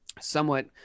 somewhat